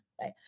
right